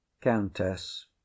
COUNTESS